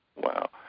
Wow